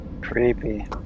Creepy